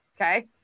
Okay